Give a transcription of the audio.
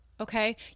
okay